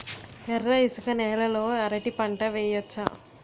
ఎర్ర ఇసుక నేల లో అరటి పంట వెయ్యచ్చా?